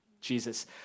Jesus